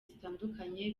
zitandukanye